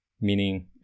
meaning